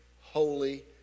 holy